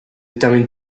termine